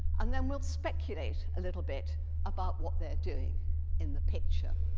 and then we'll speculate a little bit about what they're doing in the picture.